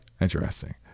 Interesting